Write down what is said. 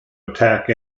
attack